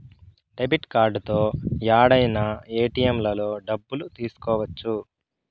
debit కార్డుతో యాడైనా ఏటిఎంలలో డబ్బులు తీసుకోవచ్చు